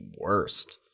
worst